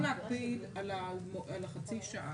אנחנו גם צריכים להקפיד על החצי שעה.